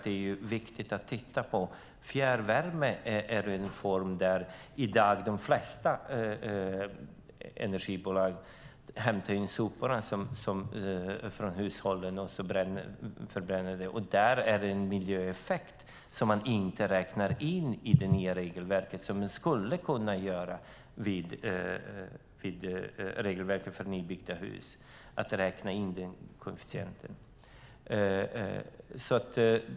De flesta energibolag producerar fjärrvärme genom förbränning av sopor som man hämtar in från hushållen. Där finns en miljöeffekt som inte räknas in i det nya regelverket. Man skulle kunna räkna in den koefficienten för nybyggda hus.